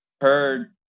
heard